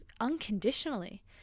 unconditionally